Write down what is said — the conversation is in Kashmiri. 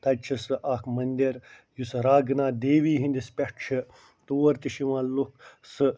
تَتہِ چھُ سُہ اکھ مٔنٛدِر یُس راگناتھ دیوی ہِنٛدِس پٮ۪ٹھ چھِ تور تہِ چھِ یِوان لُکھ سہٕ